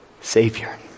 Savior